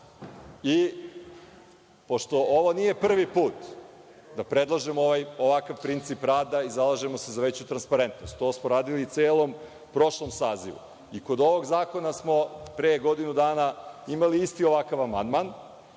sajtu. Pošto, ovo nije prvi put, da predlažemo ovakav princip rada i zalažemo se za veću transparentnost, to smo radili i u celom prošlom sazivu i kod ovog zakona smo, pre godinu dana, imali isti ovakav amandman.